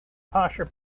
posher